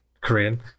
Korean